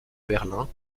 berlin